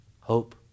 hope